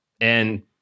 And-